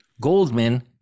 Goldman